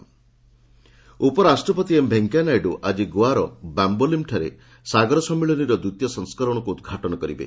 VP Goa ଉପରାଷ୍ଟ୍ରପତି M Venkaiah Naidu ଆଜି ଗୋଆର ବାମ୍ଘୋଲିମ୍ଠାରେ ସାଗର ସମ୍ମିଳନୀର ଦ୍ୱିତୀୟ ସଂସ୍କରଣକୁ ଉଦ୍ଘାଟନ କରିବେ